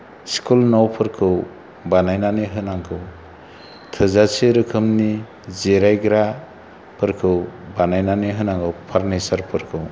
school नफोरखौ बानायनानै होनांगौ थोजासे रोखामनि जिरायग्राफोरखौ बानायनानै होनांगौ फारनिसारफोरखौ